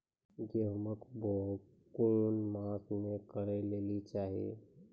गेहूँमक बौग कून मांस मअ करै लेली चाही?